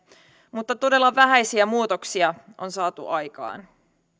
mutta todella vähäisiä muutoksia on saatu aikaan